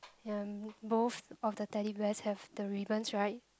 and both of the Teddy Bears have the ribbons [right]